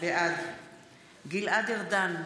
בעד גלעד ארדן,